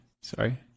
Sorry